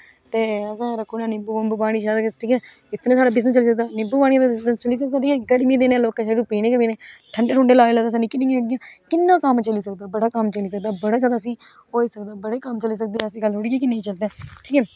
ते असें रक्खी ओड़ना निम्बू पानी एहदा साढ़ा बिजनस चली सकदा निंबू पानी दा बिजनस चली सकदा ऐ इसकरियै गर्मियें च लोकें पीना गै पीना ठंडे ठोडे लाई लो तुस निक्की किन्ना कम्म चली सकदा बड़ा कम्म चली सकदा बड़ा ज्यादा होई सकदा बडे़ कम्म चली सकदे ऐसी गल्ल थोह्ड़ी ऐ नेई चलदा ऐठीक ऐ